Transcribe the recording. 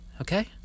okay